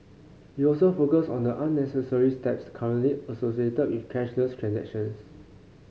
he also focused on the unnecessary steps currently associated with cashless transactions